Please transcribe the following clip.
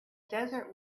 desert